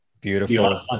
Beautiful